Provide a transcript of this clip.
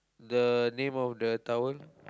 the name of the towel